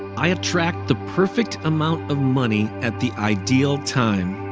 i attract the perfect amount of money at the ideal time.